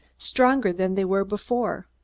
stronger than they were before.